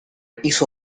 hizo